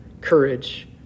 courage